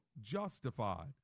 justified